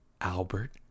Albert